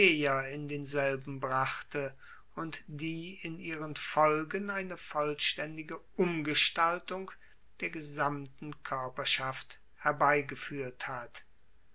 plebejer in denselben brachte und die in ihren folgen eine vollstaendige umgestaltung der gesamten koerperschaft herbeigefuehrt hat